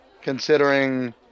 considering